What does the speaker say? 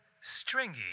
stringy